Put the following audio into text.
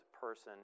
person